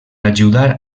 ajudar